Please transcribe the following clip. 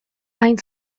hain